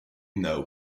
know